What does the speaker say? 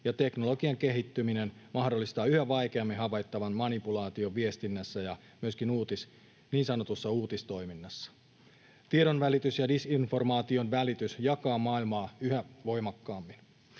teknologian kehittyminen mahdollistaa yhä vaikeammin havaittavan manipulaation viestinnässä ja myöskin niin sanotussa uutistoiminnassa. Tiedonvälitys ja disinformaation välitys jakavat maailmaa yhä voimakkaammin.